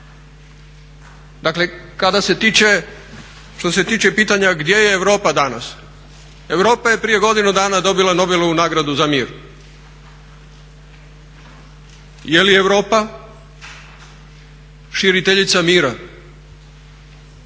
Dakle, što se tiče pitanja gdje je Europa danas. Europa je prije godinu dana dobila Nobelovu nagradu za mir. Je li Europa širiteljica mira?